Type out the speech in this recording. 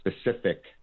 specific